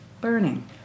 Burning